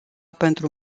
pentru